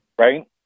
Right